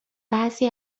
بعضی